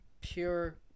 pure